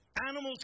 Animals